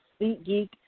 SeatGeek